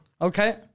Okay